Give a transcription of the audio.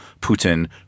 Putin